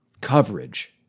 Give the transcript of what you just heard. coverage